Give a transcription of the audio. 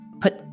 put